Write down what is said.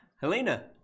helena